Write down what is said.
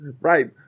right